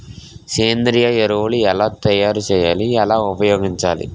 సేంద్రీయ ఎరువులు ఎలా తయారు చేయాలి? ఎలా ఉపయోగించాలీ?